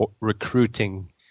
recruiting